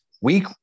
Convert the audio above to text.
Week